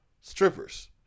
strippers